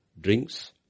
drinks